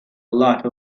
lot